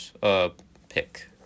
pick